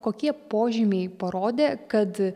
kokie požymiai parodė kad